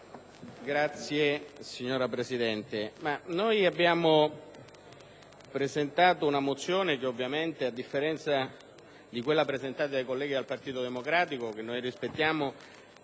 Signora Presidente, abbiamo presentato una mozione che, a differenza di quella presentata dai colleghi del Partito Democratico, che rispettiamo,